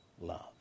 love